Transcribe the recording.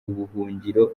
ubuhungiro